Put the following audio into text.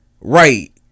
Right